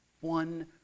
one